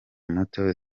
muto